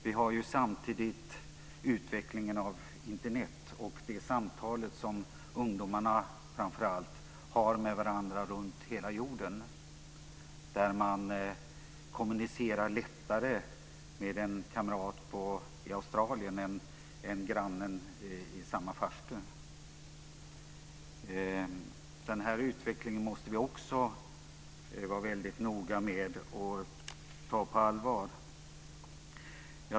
Vi har samtidigt utvecklingen av Internet och de samtal som framför allt ungdomar har med varandra runt hela jorden. De kommunicerar lättare med en kamrat i Australien än med grannen i samma farstu. Den utvecklingen måste vi också följa väldigt noga och ta på allvar.